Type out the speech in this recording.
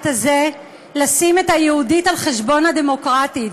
הזה לשים את ה"יהודית" על חשבון ה"דמוקרטית".